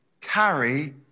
carry